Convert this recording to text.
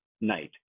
night